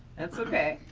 that's okay.